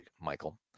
Michael